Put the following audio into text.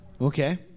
Okay